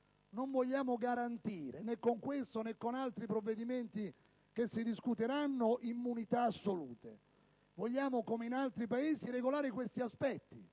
Non vogliamo garantire, né con questo né con altri provvedimenti che si discuteranno, immunità assolute; vogliamo, come in altri Paesi, regolare questi aspetti,